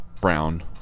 brown